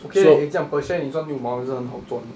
okay leh eh 这样 per share 你赚六毛也是很好赚